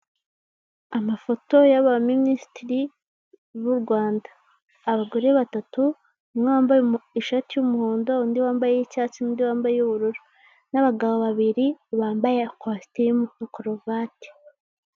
Amafoto y'aba minisitiri b'u Rwanda, abagore batatu; umwe wambaye ishati y'umuhondo, undi wambaye iy'icyatsi n'undi wambaye iy'ubururu, n'abagabo babiri bambaye kostimu na karovati.